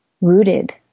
rooted